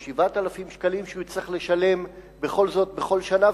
או 7,000 שקלים שהוא צריך לשלם בכל זאת בכל שנה,